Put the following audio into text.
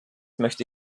möchte